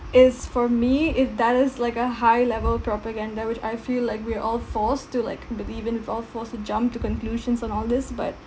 is for me if that is like a high level propaganda which I feel like we are all forced to like believe in we are all forced to jump to conclusions and all this but